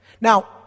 Now